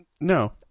no